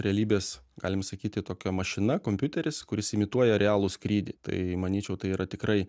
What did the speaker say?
realybės galim sakyti tokia mašina kompiuteris kuris imituoja realų skrydį tai manyčiau tai yra tikrai